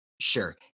sure